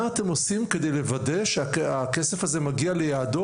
מה אתם עושים כדי לוודא שהכסף הזה מגיע ליעדו?